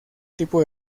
tipo